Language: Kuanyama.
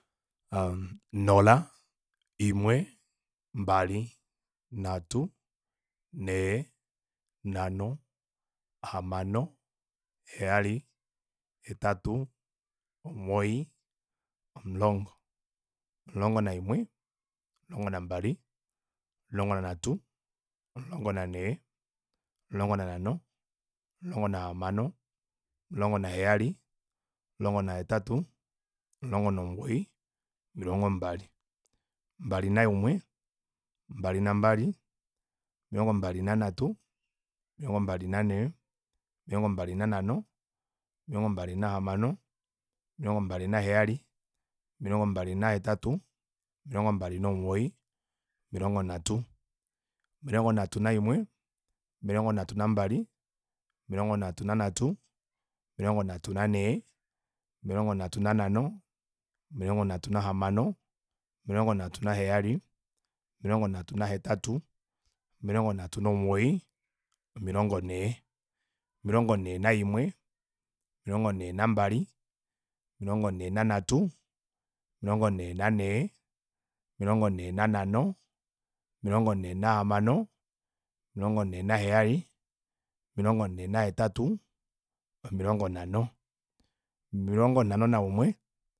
Nhola imwe mbali nhatu nhee nhano hamano heyali hetatu omugoyi omulongo omulongo naimwe omulongo nambali omulongo nanhatu omulongo nanhee omulongo nanhano omulongo nahamano omulongo naheyali omulongo nahetatu omulongo nomugoyi omilongo mbali omilongo mbali naimwe omilongo mbali nambali omilongo mbali nanhatu omilongo mbali nanhee omilongo mbali nanhano omilongo mbali nahamano omilongo mbali naheyali omilongo mbali nahetatu omilongo mbal nomugoyi omilongo nhatu omilongo nhatu naimwe omilongo nhatu nambali omilongo nhatu nanhatu omilongo nhatu nanhee omilongo nhatu nanhano omilongo nhatu nahamano omilongo nhatu naheyali omilongo nhatu nahetatu omilongo nhatu nomugoyi omilongo nhee omilongo nhee naimwe omilongo nhee nambali omilongo nhee nanhatu omilongo nhee nanhee omilongo nhee nanhano omilongo nhee nahamano omilongo nhee heyali omilongo nhee hetatu omilongo nhee nomugoyi omilongo nhano omilongo nhano naimwe